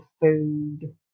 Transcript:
food